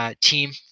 team